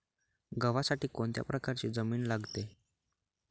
गव्हासाठी कोणत्या प्रकारची जमीन लागते?